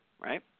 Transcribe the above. right